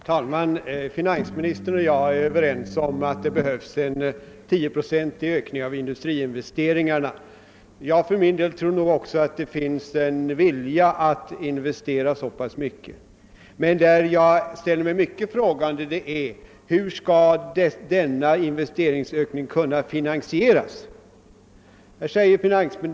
Herr talman! Finansministern och jag är överens om att det behövs en tioprocentig ökning av industriinvesteringarna. Jag tror nog för min del att det också finns en vilja att investera så mycket, men jag ställer mig frågande till hur denna investeringsökning skall kunna finansieras.